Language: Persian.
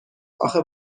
اخه